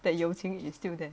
that 友情 is still there